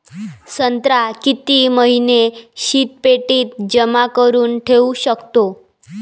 संत्रा किती महिने शीतपेटीत जमा करुन ठेऊ शकतो?